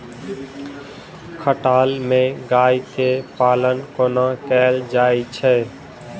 खटाल मे गाय केँ पालन कोना कैल जाय छै?